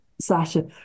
Sasha